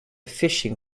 fishing